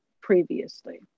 previously